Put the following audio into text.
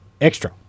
extra